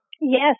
Yes